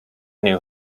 knew